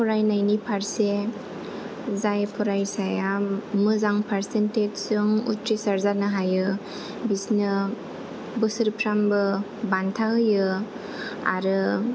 फरायनायनि फारसे जाय फरायसाया मोजां पार्सेन्टटेसजों उथ्रिसार जानो हायो बिसिनो बोसोरफ्रामबो बान्था होयो आरो